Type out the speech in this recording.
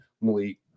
Malik